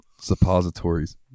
suppositories